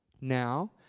now